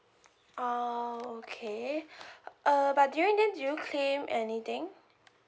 oh okay uh but during then did you claim anything